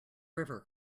river